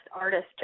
artist